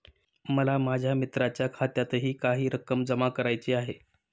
मला माझ्या मित्राच्या खात्यातही काही रक्कम जमा करायची आहे